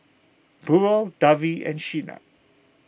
Burrell Davy and Shenna